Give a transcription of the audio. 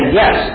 yes